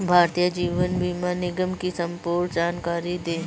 भारतीय जीवन बीमा निगम की संपूर्ण जानकारी दें?